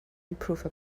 improve